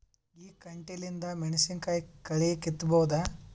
ಈ ಕಂಟಿಲಿಂದ ಮೆಣಸಿನಕಾಯಿ ಕಳಿ ಕಿತ್ತಬೋದ?